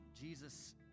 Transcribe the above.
jesus